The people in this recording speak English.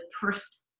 first